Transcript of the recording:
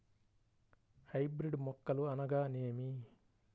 Hybrid మొక్కలు అనగానేమి?